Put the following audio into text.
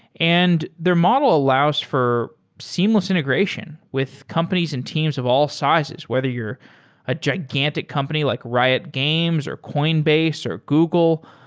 and their model allows for seamless integration with companies and teams of all sizes. whether you're a gigantic company like riot games, or coinbase, or google,